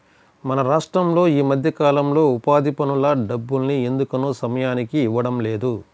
మన రాష్టంలో ఈ మధ్యకాలంలో ఉపాధి పనుల డబ్బుల్ని ఎందుకనో సమయానికి ఇవ్వడం లేదు